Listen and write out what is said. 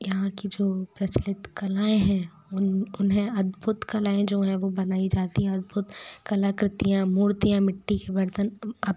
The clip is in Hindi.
यहाँ की जो प्रचलित कलाएँ हैं उन उन्हें अद्भुत कलाएँ जो हैं वो बनाई जाती है अद्भुत कलाकृतियाँ मुर्तियाँ मिट्टी के बर्तन अब